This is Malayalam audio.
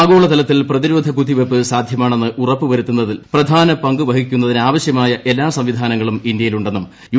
ആഗോള തലത്തിൽ പ്രതിരോധ കുത്തിവയ്പ് സാധ്യമാണെന്ന് ഉറപ്പുവരുത്തുന്നതിൽ പ്രധാന പങ്കുവഹിക്കുന്നതിനാവശ്യമായ എല്ലാ സംവിധാനങ്ങളും ഇന്ത്യയിൽ ഉണ്ടെന്നും യു